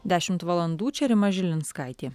dešimt valandų čia rima žilinskaitė